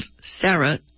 Sarah